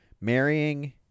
marrying